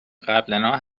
قبلنا